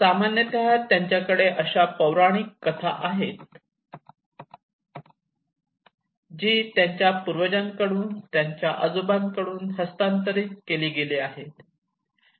सामान्यत त्यांच्याकडे अशा पौराणिक कथा आहेत जी त्यांच्या पूर्वजांकडून आणि आजोबांकडून हस्तांतरित केली गेली आहे